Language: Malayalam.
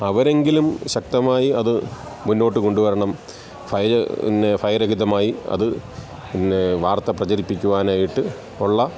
അവരെങ്കിലും ശക്തമായി അത് മുന്നോട്ടുകൊണ്ടുവരണം ഭയ പിന്നെ ഭയരഹിതമായിട്ട് അത് പിന്നെ വാർത്ത പ്രചരിപ്പിക്കുവാനായിട്ടുള്ള